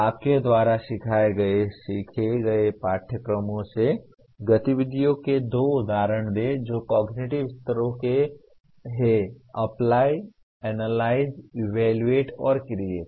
आपके द्वारा सिखाए गए या सीखे गए पाठ्यक्रमों से गतिविधियों के दो उदाहरण दें जो कॉगनिटिव स्तरों के हैं अप्लाई एनालाइज इवैल्यूएट और क्रिएट